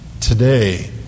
today